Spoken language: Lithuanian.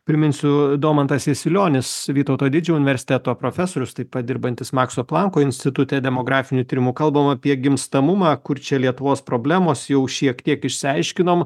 priminsiu domantas jasilionis vytauto didžiojo universiteto profesorius taip pat dirbantis makso planko institute demografinių tyrimų kalbam apie gimstamumą kur čia lietuvos problemos jau šiek tiek išsiaiškinom